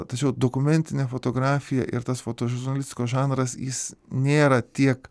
tačiau dokumentinė fotografija ir tas fotožurnalistikos žanras jis nėra tiek